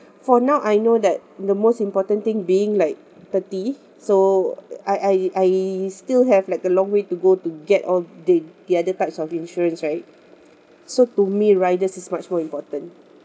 for now I know that the most important thing being like thirty so I I I still have like a long way to go to get all the the other types of insurance right so to me riders is much more important